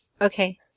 okay